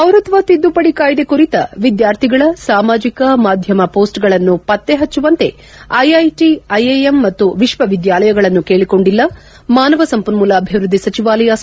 ಪೌರತ್ನ ತಿದ್ಗುಪಡಿ ಕಾಯ್ಲೆ ಕುರಿತ ವಿದ್ವಾರ್ಥಿಗಳ ಸಾಮಾಜಿಕ ಮಾಧ್ವಮ ಪೋಸ್ಟ್ ಗಳನ್ನು ಪತ್ನೆ ಹಬ್ಬವಂತೆ ಐಐಟಿ ಐಐಎಂ ಮತ್ತು ವಿಶ್ವವಿದ್ಯಾಲಯಗಳನ್ನು ಕೇಳಿಕೊಂಡಿಲ್ಲ ಮಾನವ ಸಂಪನ್ನೂಲ ಅಭಿವೃದ್ದಿ ಸಚಿವಾಲಯ ಸ್ವಪ್ನೆ